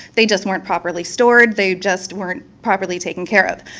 they just weren't properly stored, they just weren't properly taken care of.